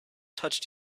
touched